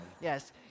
yes